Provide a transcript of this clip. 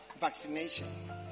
vaccination